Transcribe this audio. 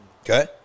Okay